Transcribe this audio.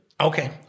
Okay